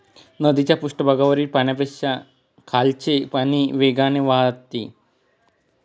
नदीच्या पृष्ठभागावरील पाण्यापेक्षा खालचे पाणी वेगाने वाहते